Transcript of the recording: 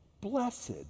Blessed